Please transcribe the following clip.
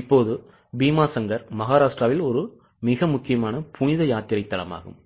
இப்போது பீமாஷங்கர் மகாராஷ்டிராவில் மிக முக்கியமான புனித யாத்திரை தலமாகும்